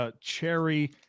cherry